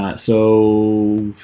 but so